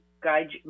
guide